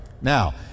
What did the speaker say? Now